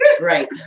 right